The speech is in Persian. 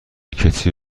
کتری